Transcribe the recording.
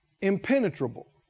impenetrable